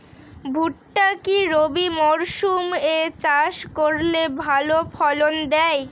ভুট্টা কি রবি মরসুম এ চাষ করলে ভালো ফলন দেয়?